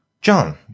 John